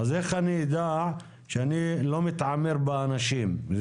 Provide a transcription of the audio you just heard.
אז איך אני אדע שאני לא מתעמר באנשים?